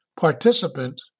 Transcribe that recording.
participant